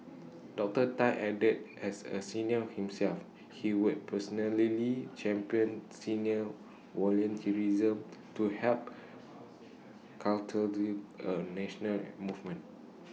Doctor Tan added as A senior himself he will personally champion senior volunteerism to help A national movement